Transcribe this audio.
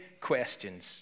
questions